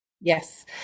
Yes